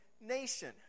nation